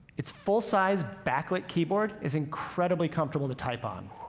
its full-size, backlit keyboard is incredibly comfortable to type on.